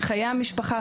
חיי המשפחה,